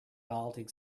baltic